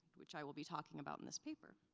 which i will be talking about in this paper.